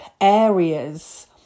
areas